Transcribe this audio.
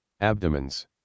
abdomens